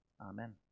Amen